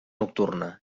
nocturna